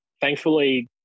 Thankfully